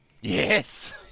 yes